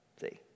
See